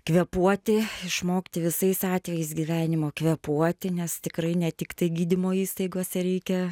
kvėpuoti išmokti visais atvejais gyvenimo kvėpuoti nes tikrai ne tiktai gydymo įstaigose reikia